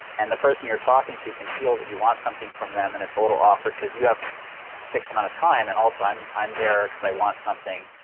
and the person you're talking to can feel that you want something from them, and it's a little awkward because you have a fixed amount of time, and also i'm i'm there because i want something,